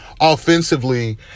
offensively